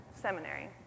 seminary